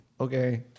Okay